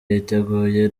yiteguye